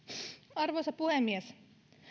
arvoisa puhemies